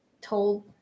told